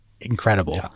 incredible